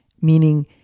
meaning